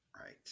right